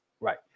right